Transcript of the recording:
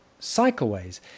cycleways